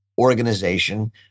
organization